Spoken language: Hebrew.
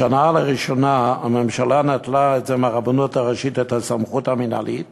השנה לראשונה הממשלה נטלה מהרבנות הראשית את הסמכות המינהלית